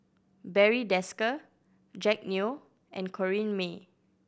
Barry Desker Jack Neo and Corrinne May